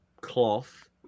cloth